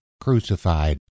crucified